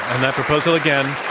and that proposal, again,